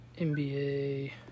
NBA